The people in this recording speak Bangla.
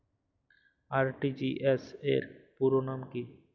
আর.টি.জি.এস র পুরো নাম কি?